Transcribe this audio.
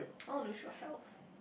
oh nurture health